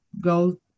go